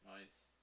Nice